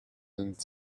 and